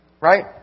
Right